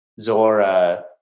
Zora